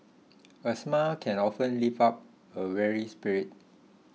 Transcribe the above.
a smile can often lift up a weary spirit